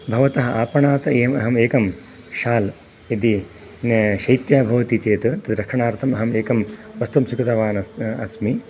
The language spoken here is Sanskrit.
भवतः आपणात् अहम् एकं शाल् इति शैत्यं भवति चेत् तत् रक्षणार्थम् अहम् एकं वस्त्रं स्वीकृतवान् अस्मि